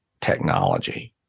technology